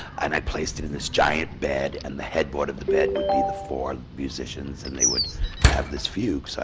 and i placed it in this giant bed, and the headboard of the bed would be the four musicians, and they would have this fugue. so